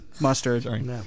mustard